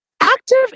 active